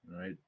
right